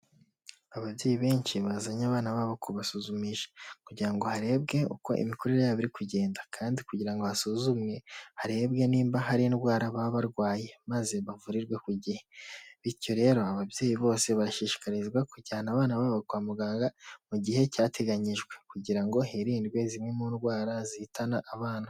Ababyeyi benshi bazanye abana babo kubasuzumisha, kugira ngo harebwe uko imikurire yabo iri kugenda kandi kugira ngo hasuzumwe harebwe nimba hari indwara baba barwaye, maze bavurirwe ku gihe, bityo rero ababyeyi bose bashishikarizwa kujyana abana babo kwa muganga mu gihe cyateganyijwe, kugira ngo hirindwe zimwe mu ndwara zihitana abana.